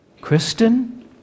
Kristen